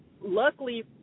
luckily